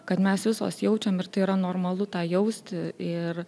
kad mes visos jaučiam ir tai yra normalu tą jausti ir